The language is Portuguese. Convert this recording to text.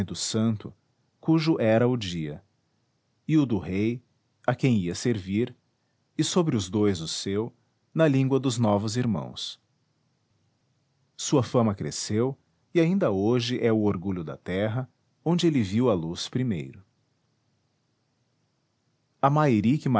santo cujo era o dia e o do rei a quem ia servir e sobre os dois o seu na língua dos novos irmãos sua fama cresceu e ainda hoje é o orgulho da terra onde ele viu a luz primeiro a mairi